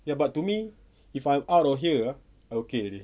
ya but to me if I'm out of here ah I okay already